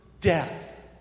death